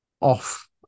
off